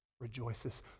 rejoices